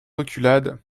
reculades